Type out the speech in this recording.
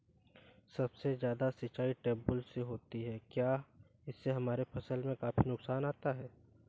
सबसे ज्यादा सिंचाई ट्यूबवेल से होती है क्या इससे हमारे फसल में काफी नुकसान आता है?